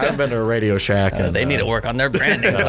and been to radio shack and they need to work on their branding